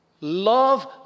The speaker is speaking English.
love